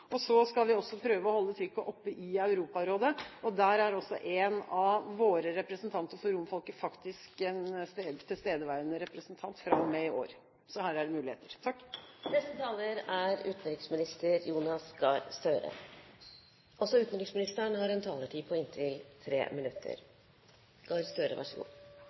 Så skal vi også prøve å holde trykket oppe i Europarådet, og der er en av våre representanter for romfolket faktisk en tilstedeværende representant fra og med i år. Så her er det muligheter. Jeg tror det passer godt å avslutte med å takke interpellanten, som alle har gjort, for å ha satt dette på